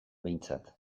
behintzat